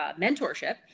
mentorship